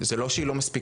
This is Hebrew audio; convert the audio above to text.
זה לא שהיא לא מספיקה,